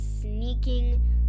sneaking